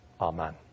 Amen